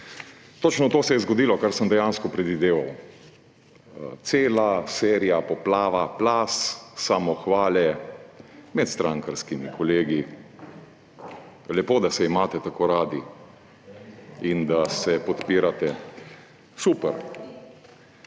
Točno to se je zgodilo, kar sem dejansko predvideval. Cela serija, poplava, plaz samohvale med strankarskimi kolegi. Lepo, da se imate tako radi in da se podpirate, super.